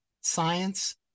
Science